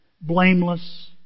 blameless